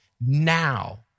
now